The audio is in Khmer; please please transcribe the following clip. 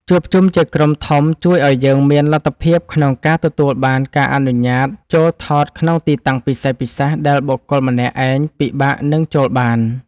ជួបជុំជាក្រុមធំជួយឱ្យយើងមានលទ្ធភាពក្នុងការទទួលបានការអនុញ្ញាតចូលថតក្នុងទីតាំងពិសេសៗដែលបុគ្គលម្នាក់ឯងពិបាកនឹងចូលបាន។